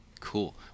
cool